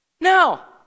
Now